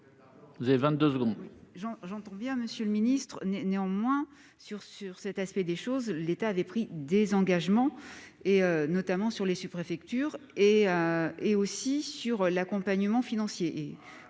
pour la réplique. J'entends bien, monsieur le secrétaire d'État. Néanmoins, sur cet aspect des choses, l'État avait pris des engagements, notamment sur les sous-préfectures et sur l'accompagnement financier.